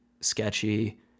sketchy